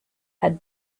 had